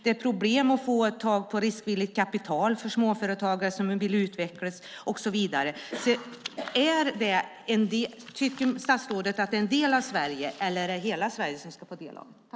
Det är problem att få tag på riskvilligt kapital för småföretagare som vill utvecklas och så vidare. Tycker statsrådet att en del av Sverige eller hela Sverige ska få del av det?